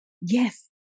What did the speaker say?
yes